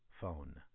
phone